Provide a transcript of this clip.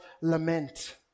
lament